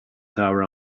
tower